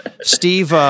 Steve